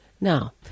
Now